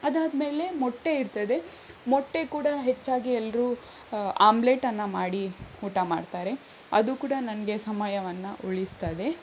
ಅದಾದ ಮೇಲೆ ಮೊಟ್ಟೆ ಇರ್ತದೆ ಮೊಟ್ಟೆ ಕೂಡ ಹೆಚ್ಚಾಗಿ ಎಲ್ಲರೂ ಆಮ್ಲೇಟನ್ನು ಮಾಡಿ ಊಟ ಮಾಡ್ತಾರೆ ಅದು ಕೂಡ ನನಗೆ ಸಮಯವನ್ನು ಉಳಿಸ್ತದೆ